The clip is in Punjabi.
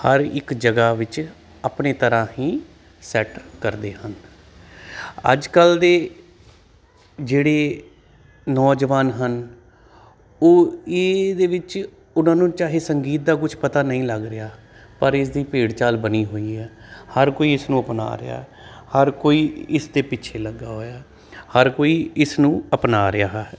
ਹਰ ਇੱਕ ਜਗ੍ਹਾ ਵਿੱਚ ਆਪਣੀ ਤਰ੍ਹਾਂ ਹੀ ਸੈਟ ਕਰਦੇ ਹਨ ਅੱਜ ਕੱਲ੍ਹ ਦੇ ਜਿਹੜੇ ਨੌਜਵਾਨ ਹਨ ਉਹ ਇਹਦੇ ਵਿੱਚ ਉਹਨਾਂ ਨੂੰ ਚਾਹੇ ਸੰਗੀਤ ਦਾ ਕੁਝ ਪਤਾ ਨਹੀਂ ਲੱਗ ਰਿਹਾ ਪਰ ਇਸ ਦੀ ਭੇੜ ਚਾਲ ਬਣੀ ਹੋਈ ਹੈ ਹਰ ਕੋਈ ਇਸ ਨੂੰ ਅਪਣਾ ਰਿਹਾ ਹਰ ਕੋਈ ਇਸ ਦੇ ਪਿੱਛੇ ਲੱਗਾ ਹੋਇਆ ਹਰ ਕੋਈ ਇਸ ਨੂੰ ਅਪਣਾ ਰਿਹਾ ਹੈ